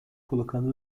colocando